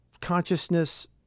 consciousness